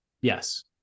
yes